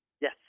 Yes